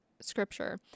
scripture